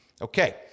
Okay